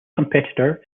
competitor